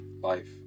Life